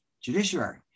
judiciary